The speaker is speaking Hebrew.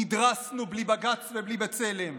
נדרסנו בלי בג"ץ ובלי בצלם,